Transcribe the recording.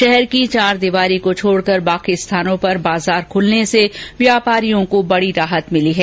शहर की चारदीवारी को छोड़ बाकी स्थानों पर बाजार खूलने से व्यापारियों को बडी राहत मिली है